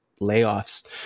layoffs